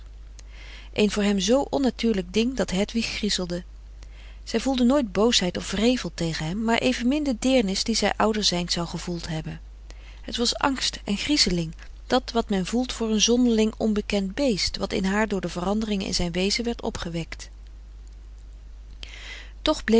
een voor hem zoo onnatuurlijk ding dat hedwig griezelde zij voelde nooit boosheid of wrevel tegen hem maar evenmin de deernis die zij ouder zijnd zou gevoeld hebben het was angst en griezeling dat wat men voelt voor een zonderling onbekend beest wat in haar door de veranderingen in zijn wezen werd opgewekt toch bleef